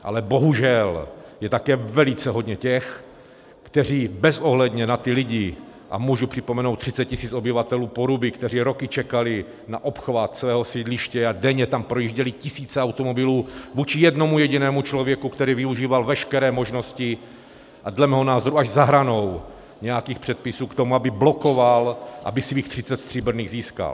Ale bohužel je také velice hodně těch, kteří neberou ohled na ty lidi a můžu připomenout 30 tisíc obyvatel Poruby, kteří roky čekali na obchvat svého sídliště, a denně tam projížděly tisíce automobilů, vůči jednomu jedinému člověku, který využíval veškeré možnosti a dle mého názoru až za hranou nějakých předpisů k tomu, aby blokoval, aby svých třicet stříbrných získal.